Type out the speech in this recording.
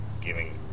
giving